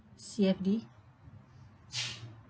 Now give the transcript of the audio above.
C_F_D